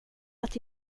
att